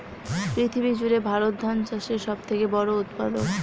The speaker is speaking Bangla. পৃথিবী জুড়ে ভারত ধান চাষের সব থেকে বড় উৎপাদক